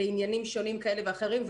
בעניינים כאלה ואחרים.